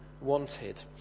wanted